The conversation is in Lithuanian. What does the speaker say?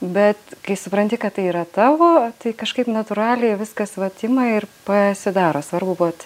bet kai supranti kad tai yra tavo tai kažkaip natūraliai viskas vat ima ir pasidaro svarbu būt